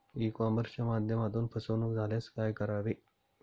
E कॉमर्सच्या माध्यमातून फसवणूक झाल्यास काय करावे?